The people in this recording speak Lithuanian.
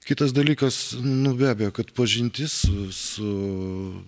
kitas dalykas nu be abejo kad pažintis su